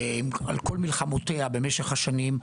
על כל מלחמותיה במשך השנים,